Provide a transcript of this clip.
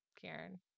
Karen